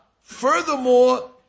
Furthermore